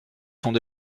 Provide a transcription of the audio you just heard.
son